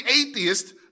atheist